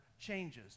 changes